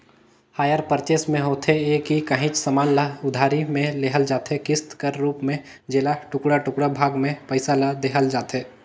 hire purchase में होथे ए कि काहींच समान ल उधारी में लेहल जाथे किस्त कर रूप में जेला टुड़का टुड़का भाग में पइसा ल देहल जाथे